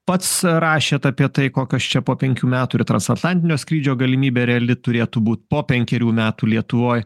pats rašėt apie tai kokios čia po penkių metų ir transatlantinio skrydžio galimybė reali turėtų būt po penkerių metų lietuvoj